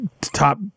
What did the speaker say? top